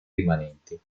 rimanenti